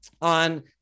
on